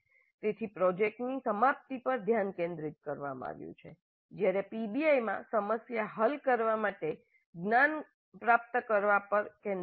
તેથી પ્રોજેક્ટના સમાપ્તિ પર ધ્યાન કેન્દ્રિત કરવામાં આવ્યું છે જ્યાંરે પીબીઆઈમાં સમસ્યા હલ કરવા માટે જ્ઞાન પ્રાપ્ત કરવા પર કેન્દ્રિત છે